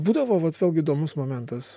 būdavo vat vėlgi įdomus momentas